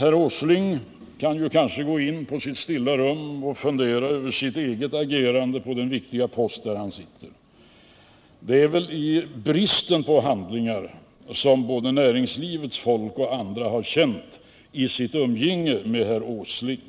Herr Åsling kan kanske gå in på sitt stilla rum och fundera över sitt eget agerande på den viktiga post han besitter. Det är väl brist på handlingar som både näringslivets folk och andra har känt i sitt umgänge med herr Åsling.